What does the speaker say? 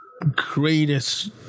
greatest